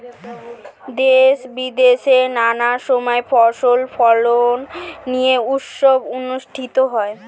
দেশে বিদেশে নানা সময় ফসল ফলন নিয়ে উৎসব অনুষ্ঠিত হয়